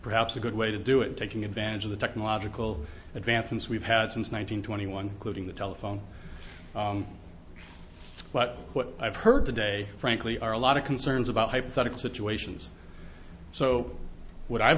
perhaps a good way to do it taking advantage of the technological advancements we've had since one thousand twenty one closing the telephone but what i've heard today frankly are a lot of concerns about hypothetical situations so what i've